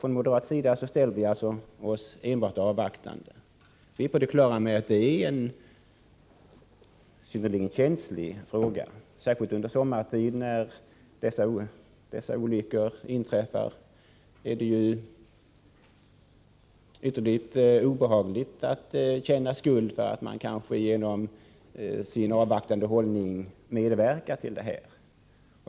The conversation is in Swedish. Från moderat sida ställer vi oss således nu avvaktande. Vi är på det klara med att detta är en synnerligen känslig fråga. Särskilt under sommartid, när dessa olyckor ofta inträffar, är det ytterligt obehagligt att känna skuld för att man kanske genom sin avvaktande hållning medverkar till dem.